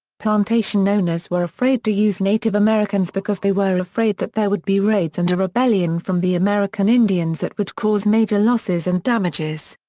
plantation owners were afraid to use native americans because they were afraid that there would be raids and a rebellion from the american indians that would cause major losses and damages.